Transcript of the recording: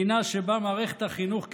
מדינה שבה מערכת החינוך,